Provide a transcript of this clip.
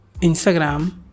Instagram